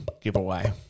giveaway